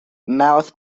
mouth